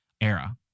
era